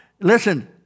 Listen